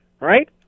Right